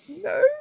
No